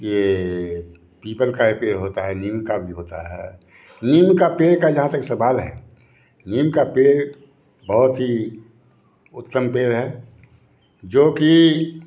ये पीपल का भी पेड़ होता है नीम का भी होता है नीम का पेड़ का जहाँ तक सवाल है नीम का पेड़ बहुत ही उत्तम पेड़ है जो कि